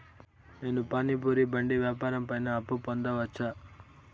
నేను పానీ పూరి బండి వ్యాపారం పైన అప్పు పొందవచ్చా?